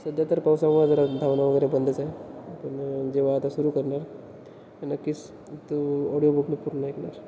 सध्या तर पावसामुळे जरा धावणं वगैरे बंदच आहे पण जेव्हा आता सुरू करणार नक्कीच तो ऑडिओ बुक मी पूर्ण ऐकणार